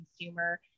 Consumer